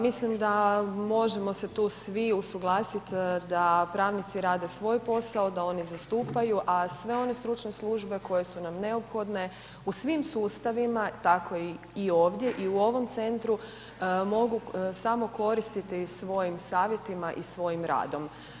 Mislim da možemo se tu svi usuglasiti da pravnici rade svoj posao, da oni zastupaju, a sve one stručne službe koje su nam neophodne u svim sustavima, tako i ovdje i u ovom centru, mogu samo koristiti svojim savjetima i svojim radom.